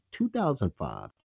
2005